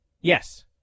Yes